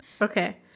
Okay